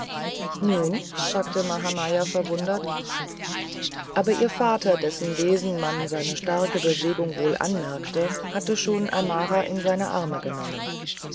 nun fragte mahamaya verwundert aber ihr vater dessen wesen man seine starke bewegung wohl anmerkte hatte schon amara in seine arme genommen